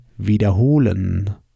wiederholen